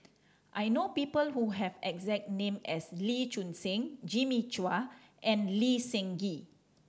I know people who have the exact name as Lee Choon Seng Jimmy Chua and Lee Seng Gee